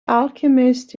alchemist